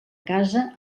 casa